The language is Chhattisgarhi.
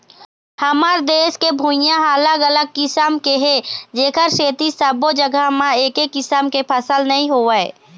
हमर देश के भुइंहा ह अलग अलग किसम के हे जेखर सेती सब्बो जघा म एके किसम के फसल नइ होवय